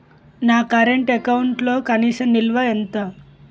నా కరెంట్ అకౌంట్లో కనీస నిల్వ ఎంత?